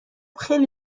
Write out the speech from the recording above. خیلی